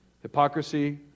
Hypocrisy